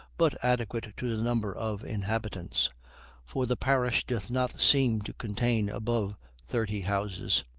but adequate to the number of inhabitants for the parish doth not seem to contain above thirty houses.